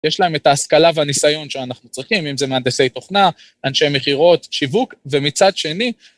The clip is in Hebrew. יש להם את ההשכלה והניסיון שאנחנו צריכים, אם זה מהנדסי תוכנה, אנשי מכירות, שיווק, ומצד שני,